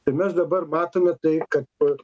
tai mes dabar matome taip kad p